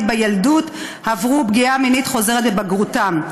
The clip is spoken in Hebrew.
בילדות עברו פגיעה מינית חוזרת בבגרותן,